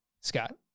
Scott